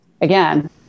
again